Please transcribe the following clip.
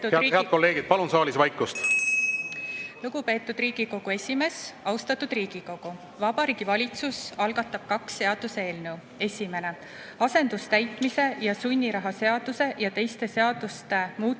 Head kolleegid, palun saalis vaikust! (Helistab kella.) Lugupeetud Riigikogu esimees! Austatud Riigikogu! Vabariigi Valitsus algatab kaks seaduseelnõu. Esimene: asendustäitmise ja sunniraha seaduse ja teiste seaduste muutmise seaduse